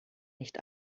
nicht